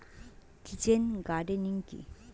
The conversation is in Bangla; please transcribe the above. কিচেন গার্ডেনিং কি?